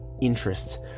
interests